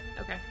Okay